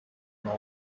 non